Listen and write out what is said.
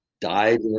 died